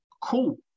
cool